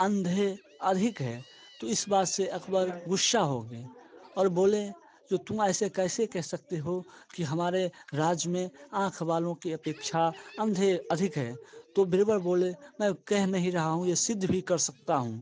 अंधे अधिक है तो इस बात से अकबर ग़ुस्सा हो गए और बोले तो तुम ऐसे कैसे कह सकते हो कि हमारे राज्य में आँख वालों की अपेक्षा अंधे अधिक है तो बीरबल बोले मैं कह नहीं रहा हूँ यह सिद्ध भी कर सकता हूँ